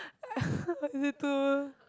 is it too